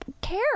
care